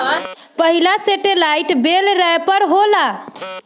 पहिला सेटेलाईट बेल रैपर होला